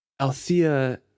Althea